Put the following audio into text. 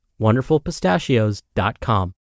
wonderfulpistachios.com